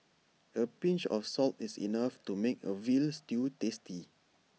A pinch of salt is enough to make A Veal Stew tasty